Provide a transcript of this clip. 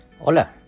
hola